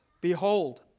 Behold